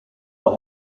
will